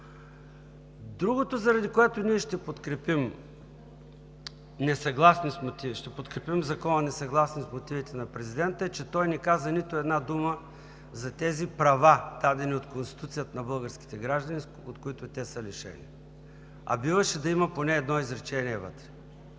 Другото, заради което ние ще подкрепим Закона, несъгласни с мотивите на президента, е, че той не каза нито една дума за тези права, дадени от Конституцията на българските граждани, от които те са лишени. А биваше да има поне едно изречение вътре!